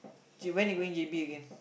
when you going J_B again